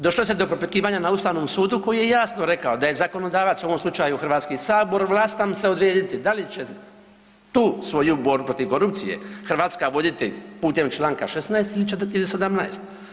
Došlo se do propitkivanja na ustavnom sudu koji je jasno rekao da je zakonodavac, u ovom slučaju HS, vlastan se odrediti da li će tu svoju borbu protiv korupcije Hrvatska voditi putem čl. 16. ili 17.